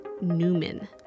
Newman